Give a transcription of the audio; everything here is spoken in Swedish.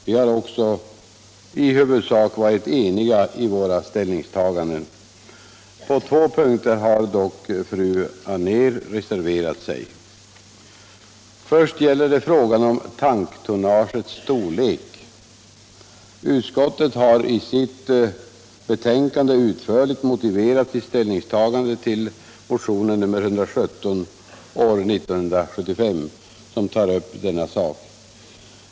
Vi har också i huvudsak varit eniga i våra ställningstaganden. På två punkter har dock fru Anér reserverat sig. Först gäller det frågan om tanktonnagets storlek. Utskottet har i sitt betänkande utförligt motiverat sitt ställningstagande till motionen 117 i år, som tar upp denna sak.